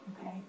Okay